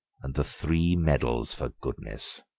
and the three medals for goodness.